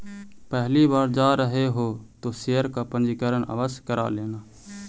पहली बार जा रहे हो तो शेयर का पंजीकरण आवश्य करा लेना